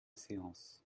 séance